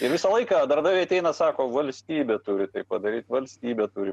ir visą laiką darbdaviai ateina sako valstybė turi tai padaryt valstybė turi